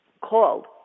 called